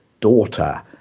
Daughter